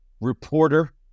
reporter